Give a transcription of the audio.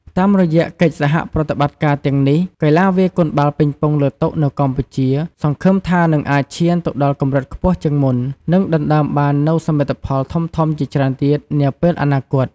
តាមរយៈកិច្ចសហប្រតិបត្តិការទាំងនេះ កីឡាវាយកូនបាល់ប៉េងប៉ុងលើតុនៅកម្ពុជាសង្ឃឹមថានឹងអាចឈានទៅដល់កម្រិតខ្ពស់ជាងមុន និងដណ្ដើមបាននូវសមិទ្ធផលធំៗជាច្រើនទៀតនាពេលអនាគត។